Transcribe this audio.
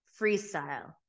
Freestyle